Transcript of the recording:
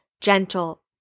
gentle